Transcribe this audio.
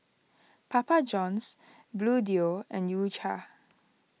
Papa Johns Bluedio and U Cha